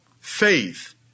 faith